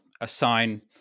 assign